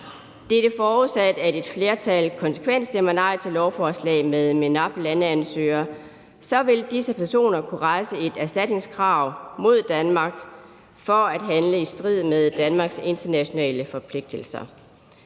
Dette er, forudsat at et flertal konsekvent stemmer nej til lovforslaget omfattende ansøgere fra MENAP-lande eller Tyrkiet. Så vil disse personer kunne rejse et erstatningskrav mod Danmark for at handle i strid med Danmarks internationale forpligtelser.